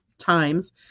times